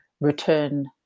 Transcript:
return